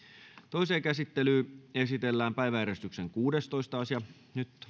toiseen käsittelyyn esitellään päiväjärjestyksen seitsemästoista asia nyt